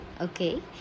okay